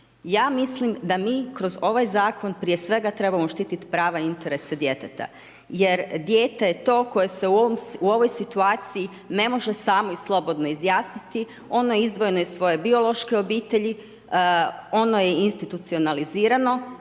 Ja mislim da mi, kroz ovaj zakon, prije svega trebamo štiti prava interesa djeteta. Jer dijete je to koje se u ovoj situaciji ne može samo i slobodno izjasniti, ono je izdvojeno iz svoje biološke obitelji, ono je institucionalizirano